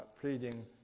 pleading